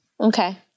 Okay